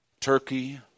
Turkey